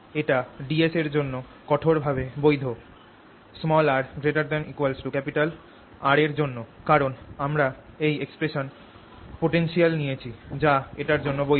এটা ds এর জন্য কঠোর ভাবে বৈধ r ≥ R এর জন্য কারণ আমরা এই এক্সপ্রেশন পোটেনশিয়াল নিয়েছি যা এটার জন্য বৈধ